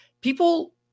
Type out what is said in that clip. people